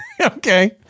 Okay